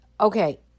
Okay